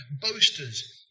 boasters